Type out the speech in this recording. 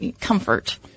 comfort